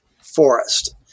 forest